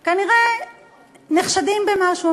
בעבירות ביטחוניות כנראה נחשדים במשהו,